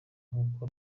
nk’uko